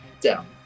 down